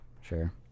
sure